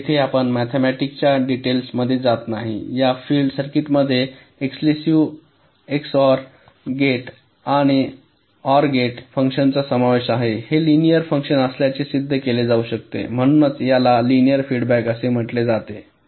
येथे आपण मॅथेमॅटिक च्या डिटेल्स मध्ये जात नाही या फीड सर्किटमध्ये एक्सकॅल्युसिव्ह ओआर गेट आणि एक्सओआर फंक्शनचा समावेश आहे हे लिनिअर फंक्शन असल्याचे सिद्ध केले जाऊ शकते म्हणूनच याला लिनिअर फीडबॅक असे म्हटले जाते